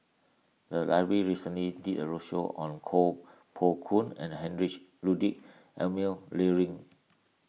the library recently did a roadshow on Koh Poh Koon and Heinrich Ludwig Emil Luering